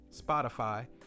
Spotify